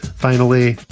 finally,